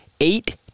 eight